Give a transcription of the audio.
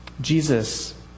Jesus